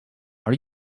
are